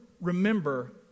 remember